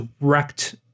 direct